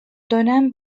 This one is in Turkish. dönem